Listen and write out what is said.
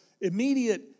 immediate